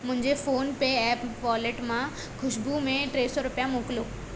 मुंहिंजे फ़ोन पे app wallet मां खुशबू में टे सौ रुपिया मोकलियो